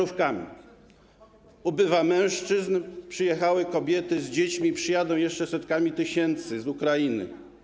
Ubywa mężczyzn, przyjechały kobiety z dziećmi, przyjadą jeszcze setki tysięcy z Ukrainy.